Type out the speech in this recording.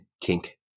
kink